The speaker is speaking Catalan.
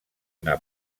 una